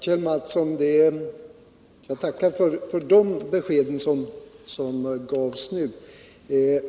Herr talman! Jag tackar Kjell Mattsson för det besked som han gav nu.